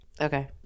okay